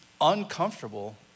uncomfortable